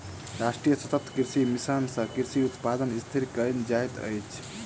राष्ट्रीय सतत कृषि मिशन सँ कृषि उत्पादन स्थिर कयल जाइत अछि